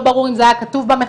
לא ברור אם זה היה כתוב במכרז,